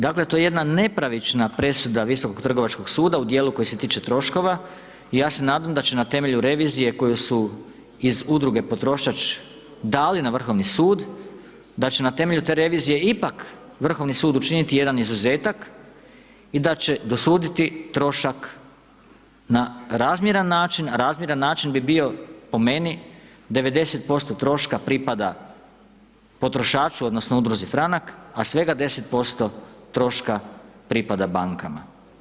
Dakle, to je jedna nepravična presuda Visokog trgovačkog suda u dijelu koji se tiče troškova i ja se nadam da će na temelju revizije koje su iz udruge Potrošač dali na Vrhovni sud, da će na temelju te revizije ipak Vrhovni sud učiniti jedan izuzetak i da će dosuditi trošak na razmjeran način, a razmjeran način bi bio po meni, 90% troška pripada potrošaču, odnosno, udruzi Franak, a svega 10% troška pripada bankama.